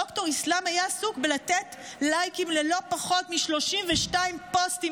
ד"ר איסלאם היה עסוק בלתת לייקים ללא פחות מ-32 פוסטים